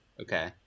Okay